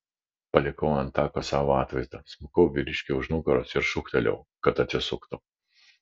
palikau ant tako savo atvaizdą smukau vyriškiui už nugaros ir šūktelėjau kad atsisuktų